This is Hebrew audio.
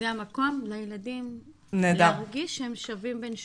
זה המקום לילדים להרגיש שהם שווים בין שווים.